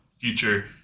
future